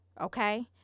okay